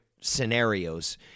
scenarios